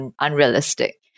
unrealistic